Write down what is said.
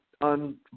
on